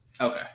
Okay